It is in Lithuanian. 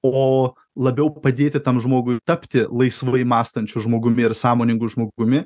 o labiau padėti tam žmogui tapti laisvai mąstančiu žmogumi ir sąmoningu žmogumi